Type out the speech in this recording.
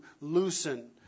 loosen